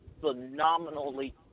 phenomenally